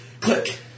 Click